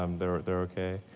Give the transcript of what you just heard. um they're they're okay.